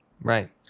right